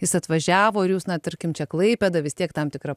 jis atvažiavo ir jūs na tarkim čia klaipėda vis tiek tam tikra